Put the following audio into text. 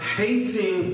hating